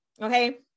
Okay